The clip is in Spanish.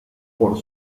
por